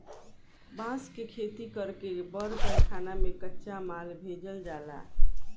बांस के खेती कर के बड़ कारखाना में कच्चा माल भेजल जाला